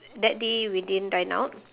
that day we didn't dine out